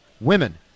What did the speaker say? women